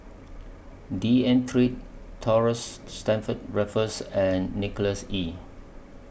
D N Pritt Thomas Stamford Raffles and Nicholas Ee